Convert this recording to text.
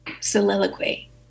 soliloquy